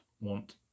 want